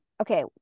Okay